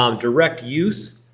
um direct use,